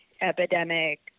epidemic